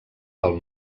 del